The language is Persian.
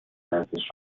ورزش